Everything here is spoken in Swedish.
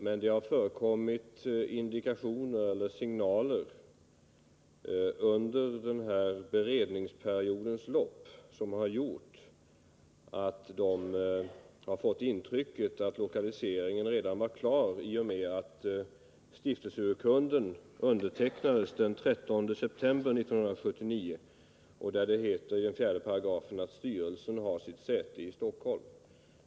Men det har förekommit indikationer eller signaler under beredningsperiodens lopp som gjort att de har fått intrycket att lokaliseringen redan var klar i och med att stiftelseurkunden undertecknades den 13 september 1979, där det i 4 § heter att styrelsen har sitt säte i Stockholm.